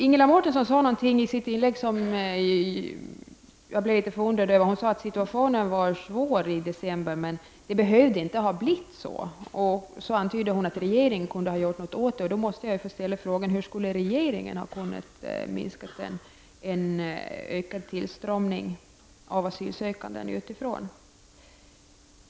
Ingela Mårtensson sade något i sitt anförande som gjorde mig förvånad. Hon sade att situationen i december var svår, men att det inte behövde ha blivit på det sättet. Hon antydde att regeringen kunde ha gjort någonting åt saken. Då måste jag ställa frågan: Hur skulle regeringen ha kunnat påverka en ökad inströmning av asylsökande utifrån?